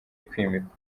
kwimikwa